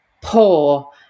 poor